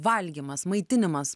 valgymas maitinimas